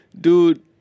Dude